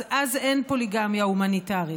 אז אין פוליגמיה הומניטרית.